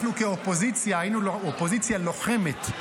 אנחנו כאופוזיציה היינו אופוזיציה לוחמת,